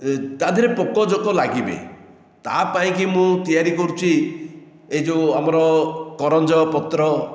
ତା ଦେହରେ ପୋକଜୋକ ଲାଗିବେ ତା ପାଇଁକି ମୁଁ ତିଆରି କରୁଛି ଏ ଯେଉଁ ଆମର କରଞ୍ଜ ପତ୍ର